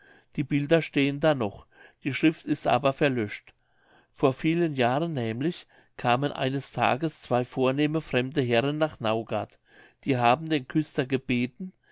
die bilder stehen da noch die schrift ist aber verlöscht vor vielen jahren nämlich kamen eines tages zwei vornehme fremde herren nach naugard die haben den küster gebeten